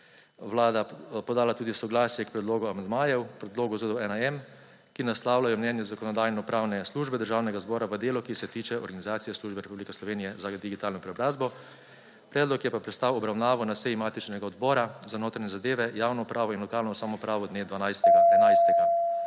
Vlada podala tudi soglasje k predlogom amandmajev k predlogu ZDU1M, ki naslavljajo mnenje Zakonodajno-pravne službe Državnega zbora v delu, ki se tiče organizacije Službe Republike Sloveniji za digitalno preobrazbo, predlog je pa prestal obravnavo na seji matičnega odbora za notranje zadeve, javno upravo in lokalno samoupravo dne 12. 11.,